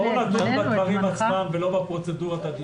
בואו נדון בדברים עצמם ולא בפרוצדורת הדיון.